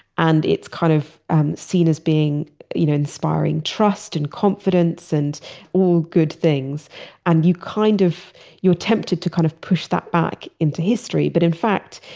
and it's kind of seen as being you know inspiring trust, and confidence, and all good things and kind of you're attempted to kind of push that back into history. but in fact,